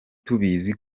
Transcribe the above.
tubizi